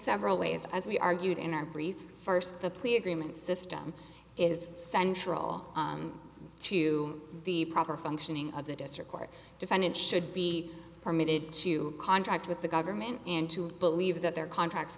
several ways as we argued in our brief first the plea agreement system is central to the proper functioning of the district court defendant should be permitted to contract with the government and to believe that their contracts